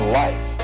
life